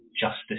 justice